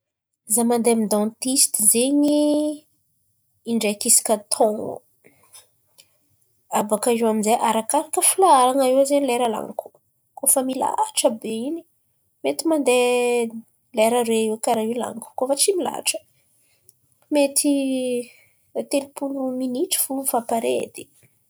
Izaho mandeha amin'ny dantisty zen̈y indraiky isaka taon̈o. Abàka eo amin'izay arakaraka filaharan̈a eo zen̈y lera lan̈iko, kôa fa milahatra be in̈y mety mandeha lera aroe eo kàra in̈y lan̈iko. Kôa fa tsy milahatra, mety telopolo minitry fo efa pare edy.